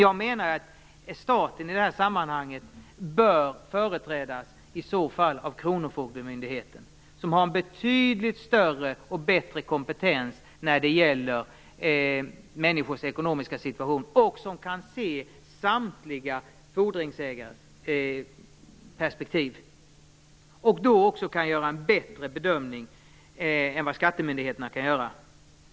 Jag menar att staten i det här sammanhanget i så fall bör företrädas av kronofogdemyndigheten, som har en betydligt större och bättre kompetens när det gäller människors ekonomiska situation och som kan se samtliga fordringsägares perspektiv. De kan då också göra en bättre bedömning än vad skattemyndigheterna kan göra.